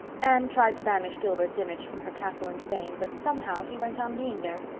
anne tried to banish gilbert's image from her castle in spain but, somehow, he went on being there,